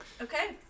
Okay